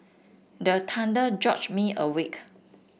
the thunder jolt me awake